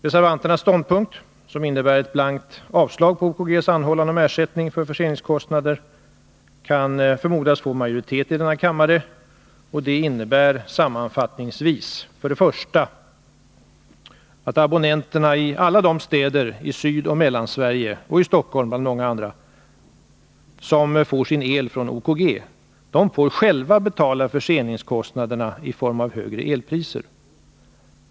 Reservanternas ståndpunkt, som innebär blankt avslag på OKG:s anhållan om ersättning för förseningskostnader, kan förmodas få majoritet i denna kammare. Detta innebär sammanfattningsvis för det första att abonnenterna i alla de städer i Sydoch Mellansverige och i Stockholm, bland många andra, som får sin el från OKG själva får betala förseningskostnader i form av högre elpriser.